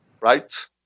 Right